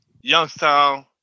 Youngstown